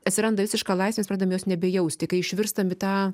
atsiranda visiška laisvė mes pradedam jos nebejausti kai išvirstam į tą